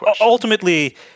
ultimately –